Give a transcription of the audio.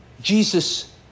Jesus